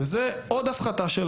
זו עוד הפחתה של